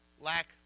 lack